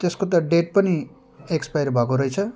त्यसको त डेट पनि एक्सपायर भएको रहेछ